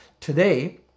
Today